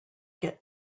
get